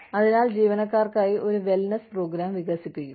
അതിനാൽ ജീവനക്കാർക്കായി ഒരു വെൽനസ് പ്രോഗ്രാം വികസിപ്പിക്കുക